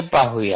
ते पाहू या